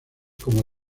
como